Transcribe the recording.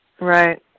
Right